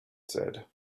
said